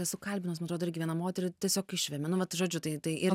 esu kalbinus mantrodo irgi vieną moterį tiesiog išvemia nu vat žodžiu tai tai